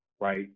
right